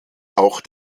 auch